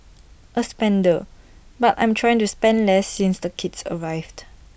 A spender but I'm trying to spend less since the kids arrived